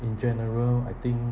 in general I think